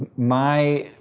my,